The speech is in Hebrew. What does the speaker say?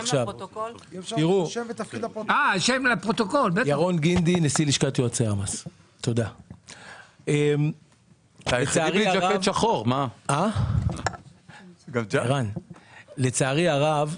לצערי הרב,